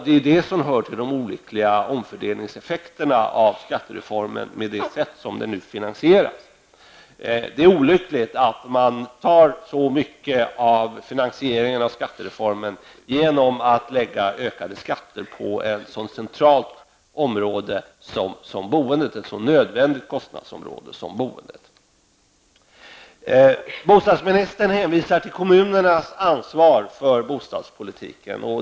Det är det som hör till de olyckliga omfördelningseffekterna av skattereformen med det sätt som den nu finansieras. Det är olyckligt att man till så stor del finansierar skattereformen genom att lägga ökade skatter på ett så centralt och nödvändigt kostnadsområde som boendet. Bostadsministern hänvisar till kommunernas ansvar för bostadspolitiken.